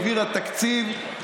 העבירה תקציב,